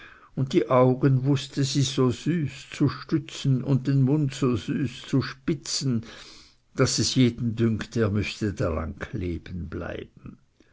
und die augen wußte sie so süß zu stützen und den mund so süß zu spitzen daß es jeden dünkte er müßte daran kleben bleiben